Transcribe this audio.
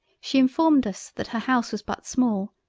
she informed us that her house was but small,